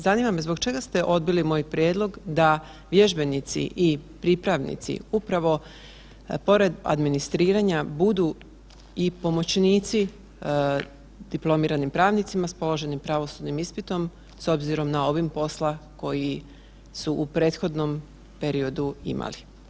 Zanima me zbog čega ste odbili moj prijedlog da vježbenici i pripravnici upravo pored administriranja budu i pomoćnici diplomiranim pravnicima s položenim pravosudnim ispitom, s obzirom na obim posla koji su u prethodnom periodu imali?